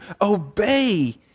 obey